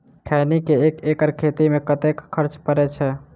खैनी केँ एक एकड़ खेती मे कतेक खर्च परै छैय?